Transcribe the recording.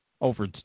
Over